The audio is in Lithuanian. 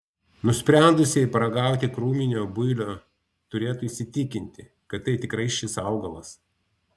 nusprendusieji paragauti krūminio builio turėtų įsitikinti kad tai tikrai šis augalas